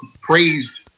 praised